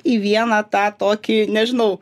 į vieną tą tokį nežinau